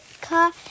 car